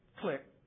click